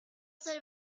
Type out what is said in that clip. sol